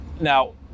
Now